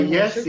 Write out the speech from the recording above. Yes